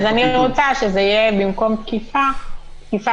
אז אני רוצה שבמקום תקיפה זה יהיה תקיפה